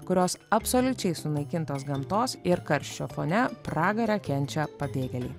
kurios absoliučiai sunaikintos gamtos ir karščio fone pragarą kenčia pabėgėliai